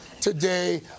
today